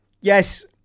Yes